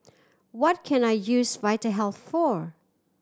what can I use Vitahealth for